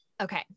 Okay